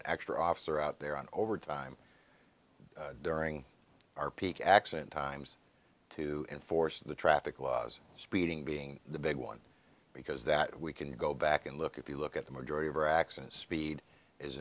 an extra officer out there on overtime during our peak accident times to enforce the traffic laws speeding being the big one because that we can go back and look if you look at the majority of our accidents speed is